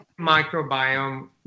Microbiome